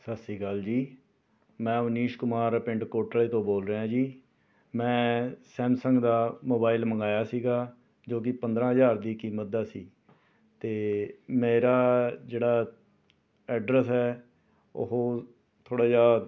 ਸਤਿ ਸ਼੍ਰੀ ਅਕਾਲ ਜੀ ਮੈਂ ਮਨੀਸ਼ ਕੁਮਾਰ ਪਿੰਡ ਕੋਟਲੇ ਤੋਂ ਬੋਲ ਰਿਹਾਂ ਜੀ ਮੈਂ ਸੈਮਸੰਗ ਦਾ ਮੋਬਾਇਲ ਮੰਗਾਇਆ ਸੀਗਾ ਜੋ ਕਿ ਪੰਦਰਾਂ ਹਜ਼ਾਰ ਦੀ ਕੀਮਤ ਦਾ ਸੀ ਅਤੇ ਮੇਰਾ ਜਿਹੜਾ ਐੱਡਰਸ ਹੈ ਉਹ ਥੋੜ੍ਹਾ ਜਿਹਾ